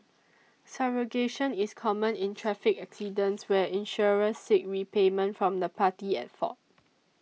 subrogation is common in traffic accidents where insurers seek repayment from the party at fault